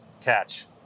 catch